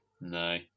No